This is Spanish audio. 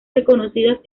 reconocidas